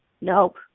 Nope